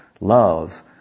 love